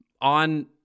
on